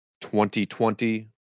2020